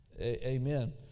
Amen